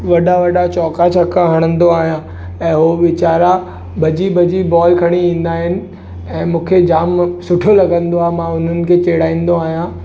वॾा वॾा चौका छक्का हणंदो आहियां ऐं उहे वीचारा भॼी भॼी बॉल खणी ईंदा आहिनि ऐं मूंखे जामु सुठो लॻंदो आहे मां हुननि खे चिड़ाईंदो आहियां